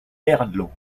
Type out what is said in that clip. herlaut